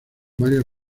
varias